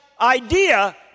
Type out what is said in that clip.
idea